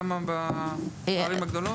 כמה בערים הגדולות?